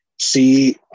see